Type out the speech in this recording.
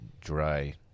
dry